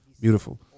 Beautiful